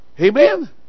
Amen